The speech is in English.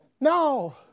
No